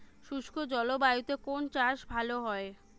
শুষ্ক জলবায়ুতে কোন চাষ ভালো হয়?